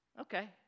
Okay